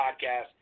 podcast